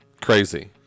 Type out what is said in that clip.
Crazy